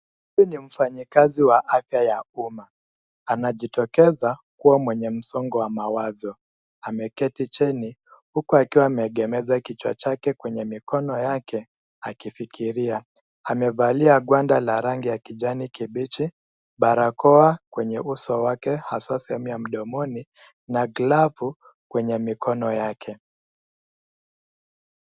Huyu ni mfanyakazi wa afya ya umma, anajitokeza kuwa mwenye msongo wa mawazo. Ameketi chini huku akiwa ameegemeza kichwa chake kwenye mikono yake, akifikiria. Amevalia gwanda la rangi ya kijani kibichi, barakoa kwenye uso wake, hasa sehemu ya mdomoni na glavu kwenye mikono yake.